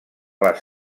les